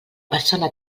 persona